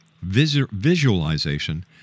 visualization